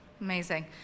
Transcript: Amazing